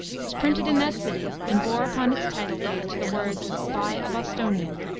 was printed in that city and bore upon its title page the words, by a bostonian.